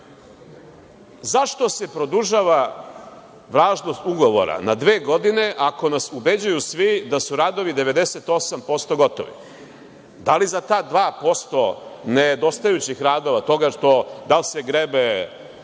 se produžava važnost ugovora na dve godine ako nas ubeđuju svi da su radovi 98% gotovi? Da li za ta 2% nedostajućih radova, toga što da li se grebe